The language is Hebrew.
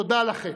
תודה לכם.